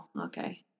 okay